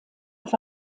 auf